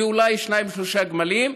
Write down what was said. ואולי שניים-שלושה גמלים.